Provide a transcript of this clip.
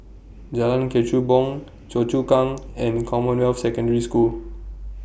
Jalan Kechubong Choa Chu Kang and Commonwealth Secondary School